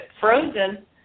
frozen